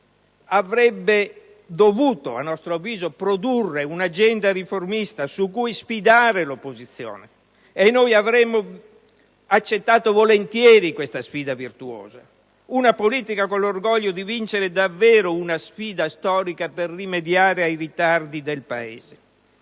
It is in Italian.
avrebbe dovuto a nostro avviso produrre un'agenda riformista su cui sfidare l'opposizione, e noi avremmo accettato volentieri questa sfida virtuosa. Una politica con l'orgoglio di vincere davvero una sfida storica per rimediare ai ritardi del Paese;